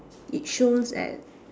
it shows that